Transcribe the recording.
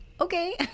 okay